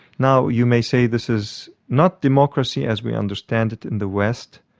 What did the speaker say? now, you may say this is not democracy as we understand it in the west.